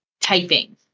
typing